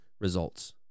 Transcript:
results